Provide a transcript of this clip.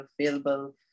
available